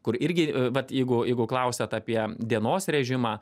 kur irgi vat jeigu jeigu klausiat apie dienos režimą